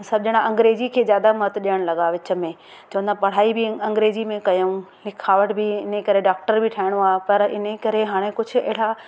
सभु ॼणा अंग्रेजी खे ज्यादा महत्व ॾियण लॻा विच में चवंदा पढ़ाई बि अंग्रेजी में कयूं लिखावट बि इन करे डॉक्टर बि ठहणो आहे पर इन करे हाणे कुझु अहिड़ा